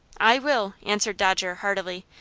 i will, answered dodger, heartily.